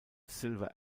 silver